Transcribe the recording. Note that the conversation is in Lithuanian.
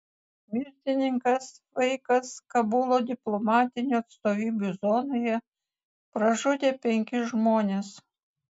mirtininkas vaikas kabulo diplomatinių atstovybių zonoje pražudė penkis žmones